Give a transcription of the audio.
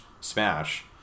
smash